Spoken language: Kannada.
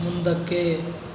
ಮುಂದಕ್ಕೆ